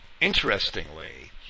Interestingly